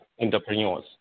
entrepreneurs